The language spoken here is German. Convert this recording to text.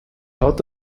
hat